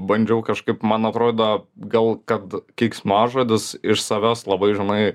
bandžiau kažkaip man atrodo gal kad keiksmažodis iš savęs labai žinai